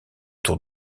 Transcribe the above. tour